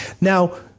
Now